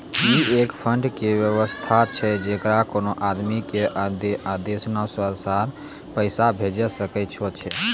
ई एक फंड के वयवस्था छै जैकरा कोनो आदमी के आदेशानुसार पैसा भेजै सकै छौ छै?